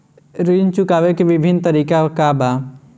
ऋण चुकावे के विभिन्न तरीका का बा?